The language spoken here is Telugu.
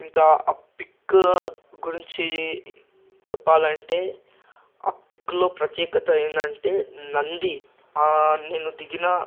ఇంకా పిక్ గురించి చెప్పాలంటే ఆ పిక్లో ప్రత్యేకత ఏందంటే నంది నేను దిగిన